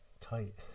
tight